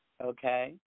Okay